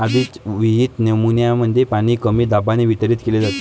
आधीच विहित नमुन्यांमध्ये पाणी कमी दाबाने वितरित केले जाते